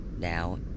Now